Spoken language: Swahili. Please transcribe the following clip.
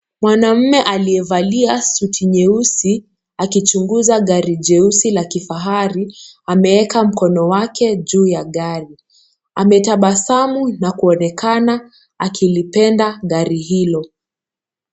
Mwanaume aliyevalia suti nyeusi, akichunguza gari jeusi la kifahari, ameeka mkono wake juu ya gari. Ametabasamu na kuona akilipenda gari hilo.